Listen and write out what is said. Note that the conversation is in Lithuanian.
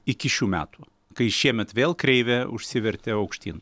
iki šių metų kai šiemet vėl kreivė užsivertė aukštyn